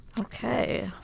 Okay